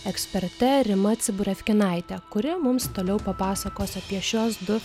eksperte rima ciburevkinaite kuri mums toliau papasakos apie šiuos du